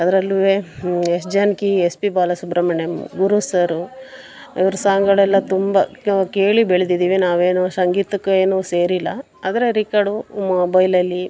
ಅದ್ರಲ್ಲೂ S Janaki S P Balasubrahmanyam ಗುರು sir ಇವ್ರ ಸಾಂಗಳೆಲ್ಲ ತುಂಬ ಕೇಳಿ ಬೆಳ್ದಿದೀವಿ ನಾವೇನು ಸಂಗೀತಕ್ಕೇನು ಸೇರಿಲ್ಲ ಆದರೆ ರಿಕಾರ್ಡು ಮೊಬೈಲಲ್ಲಿ